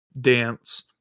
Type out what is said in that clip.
dance